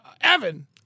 Evan